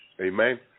amen